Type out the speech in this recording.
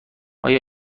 آیا